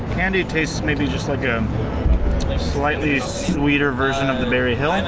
candied tastes maybe just like a slightly sweeter version of the berryhill. and